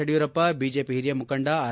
Yediyurappa BJP ಹಿರಿಯ ಮುಖಂಡ R